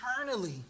eternally